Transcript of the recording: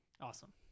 Awesome